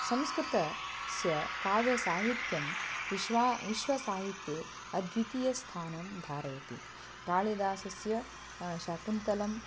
संस्कृतस्य काव्यसाहित्यं विश्वं विश्वसाहित्ये अद्वितीयस्थानं धारयति कालिदासस्य शाकुन्तलं